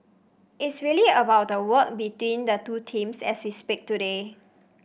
it's really about the work between the two teams as we speak today